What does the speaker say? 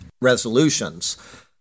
resolutions